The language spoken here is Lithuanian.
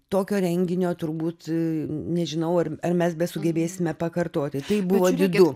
tokio renginio turbūt nežinau ar ar mes besugebėsime pakartoti tai buvo didu